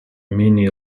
mini